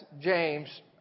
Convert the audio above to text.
James